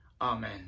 Amen